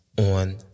on